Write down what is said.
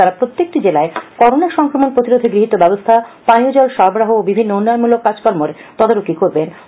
তারা প্রত্যেকটি জেলায় করোনা সংক্রমণ প্রতিরোধে গৃহীত ব্যবস্থা পানীয় জল সরবরাহ ও বিভিন্ন উন্নয়নমূলক কাজকর্ম তদারকি করবেন